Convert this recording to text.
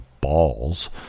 balls